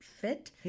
fit